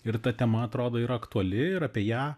ir ta tema atrodo yra aktuali ir apie ją